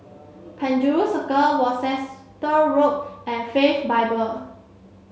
Penjuru Circle Worcester Road and Faith Bible